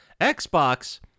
xbox